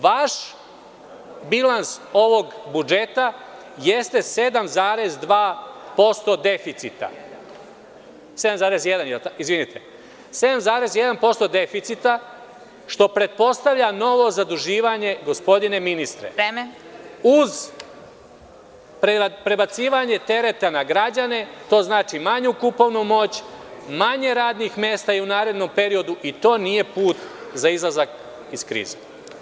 Vaš bilans ovog budžeta jeste 7,1% deficita, što pretpostavlja novo zaduživanje, gospodine ministre. (Predsedavajuća: Vreme.) Uz prebacivanje tereta na građane, to znači manju kupovnu moć, manje radnih mesta u narednom periodu i to nije put za izlazak iz krize.